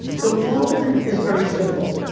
the world is very simple.